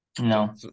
No